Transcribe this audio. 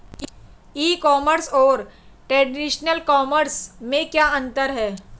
ई commerce और traditional commerce में क्या अंतर है?